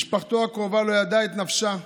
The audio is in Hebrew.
משפחתו הקרובה לא ידעה את נפשה,